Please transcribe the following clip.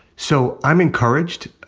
so i'm encouraged.